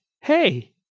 hey